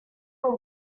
will